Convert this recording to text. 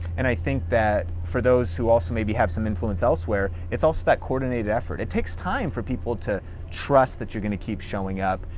and i think that for those who also maybe have some influence elsewhere, it's also that coordinated effort. it takes time for people to trust that you're gonna keep showing up,